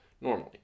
normally